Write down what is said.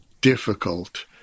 difficult